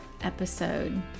episode